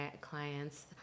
clients